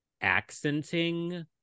accenting